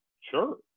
Sure